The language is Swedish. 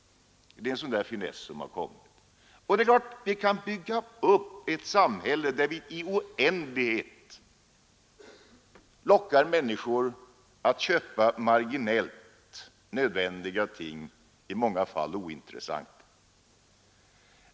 Det är en sådan där finess som kommit och som naturligtvis ökar produktionen och därigenom även BNP. Det är klart att vi kan bygga upp ett samhälle, där vi i oändlighet lockar människor att köpa marginellt nödvändiga ting — i många fall ointressanta.